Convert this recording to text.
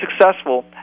successful